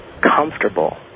comfortable